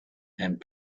and